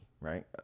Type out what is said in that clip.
right